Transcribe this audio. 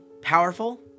powerful